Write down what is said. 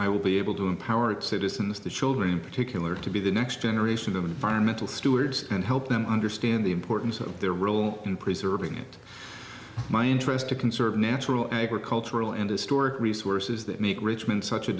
i will be able to empower its citizens the children in particular to be the next generation of environmental stewards and help them understand the importance of their role in preserving it my interest to conserve natural agricultural industry resources that make richmond such a